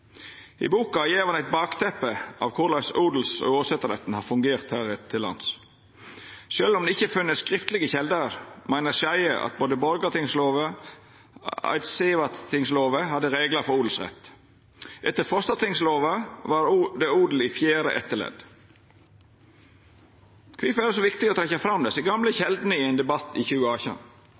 I boka gjev han eit bakteppe for korleis odels- og åsetesretten har fungert her til lands. Sjølv om det ikkje er funne skriftlege kjelder, meiner Skeie at både Borgartingslova og Eidsivatingslova hadde reglar for odelsrett. Etter Frostatingslova var det odel i fjerde etterledd. Kvifor er det så viktig å trekkja fram desse gamle kjeldene i ein debatt i